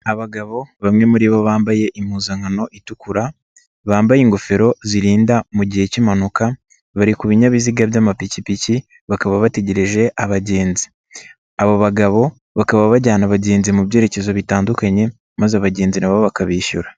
Abagabo bamwe muri bo bambaye impuzankano itukura, bambaye ingofero zirinda mu gihe cy'impanuka bari ku binyabiziga by'amapikipiki, bakaba bategereje abagenzi, abo bagabo bakaba bajyana abagenzi mu byerekezo bitandukanye, maze abagenzi nabo bakabishyura.